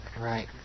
Right